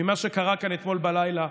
ממה שקרה כאן אתמול בלילה,